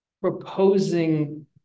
proposing